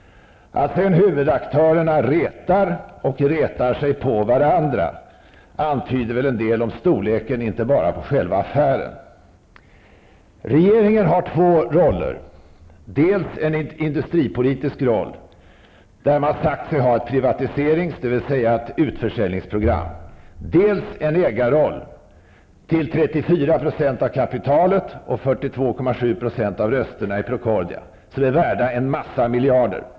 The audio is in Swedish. Att huvudaktörerna retar och retar sig på varandra antyder väl en del om storleken, inte bara på själva affären. Regeringen har två roller, dels en industripolitisk roll där man sagt sig ha ett privatiseringsprogram, dvs. ett utförsäljningsprogram, dels en ägarroll till Procordia som är värda en massa miljarder.